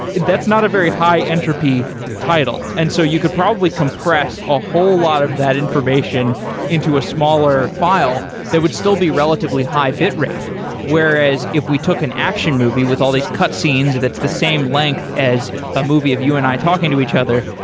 that's not a very high entropy title. and so you could probably compress a whole lot of that information into a smaller file that would still be relatively high bitrate. whereas, if we took an action movie with all these cutscenes that's the same length as a movie of you and i talking to each other,